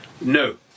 No